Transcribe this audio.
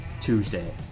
Tuesday